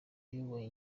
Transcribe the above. uyoboye